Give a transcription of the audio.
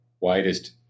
widest